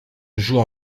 joue